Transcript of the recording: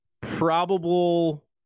probable